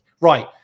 right